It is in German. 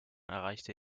erreichte